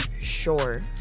sure